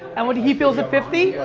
and what he feels at fifty,